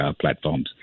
platforms